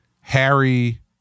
Harry